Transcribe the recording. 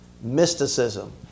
Mysticism